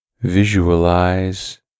Visualize